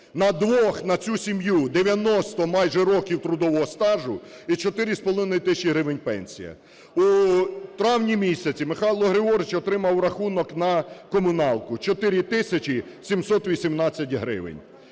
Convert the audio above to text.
На двох на цю сім'ю – 90 майже років трудового стажу і 4,5 тисячі гривень пенсія. У травні місяці Михайло Григорович отримав рахунок на комуналку – 4 тисячі 718 гривень.